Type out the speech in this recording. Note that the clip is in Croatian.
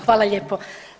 Hvala lijepo.